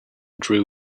drew